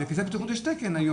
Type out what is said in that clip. לכיסא בטיחות יש תקן היום.